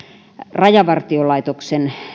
rajavartiolaitoksen